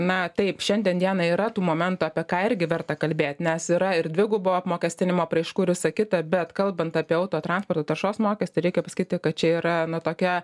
na taip šiandien dienai yra tų momentų apie ką irgi verta kalbėt nes yra ir dvigubo apmokestinimo apraiškų ir visa kita bet kalbant apie auto transporto taršos mokestį reikia pasakyti kad čia yra tokia